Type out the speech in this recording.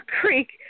creek